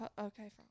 Okay